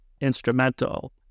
instrumental